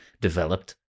developed